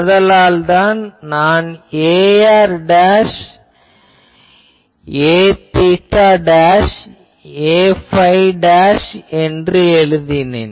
ஆதலால்தான் நான் Ar Aθ Aϕ என்று எழுதினேன்